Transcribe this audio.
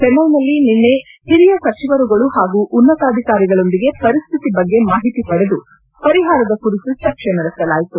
ಚೆನ್ನೈನಲ್ಲಿ ನಿನ್ನೆ ಹಿರಿಯ ಸಚಿವರುಗಳು ಹಾಗೂ ಉನ್ನತಾಧಿಕಾರಿಗಳೊಂದಿಗೆ ಪರಿಸ್ಥಿತಿದ ಬಗ್ಗೆ ಮಾಹಿತಿ ಪಡೆದು ಪರಿಹಾರದ ಕುರಿತು ಚರ್ಜೆ ನಡೆಸಲಾಯಿತು